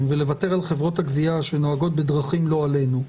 ולוותר על חברות הגבייה שנוהגות בדרכים לא עלינו.